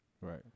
right